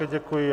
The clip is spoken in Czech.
Děkuji.